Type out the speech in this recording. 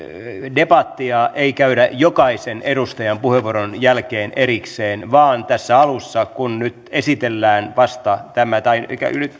debattia ei käydä jokaisen edustajan puheenvuoron jälkeen erikseen vaan tässä alussa kun tämä nyt esitellään tai